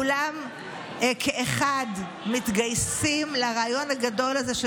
כולם כאחד מתגייסים לרעיון הגדול הזה של